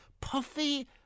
Puffy